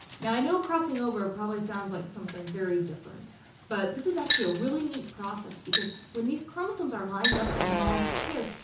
now i know crossing over probably sounds like something very different, but this is a ah really neat process because when these chromosomes are lined up in homologous pairs,